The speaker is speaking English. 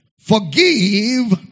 Forgive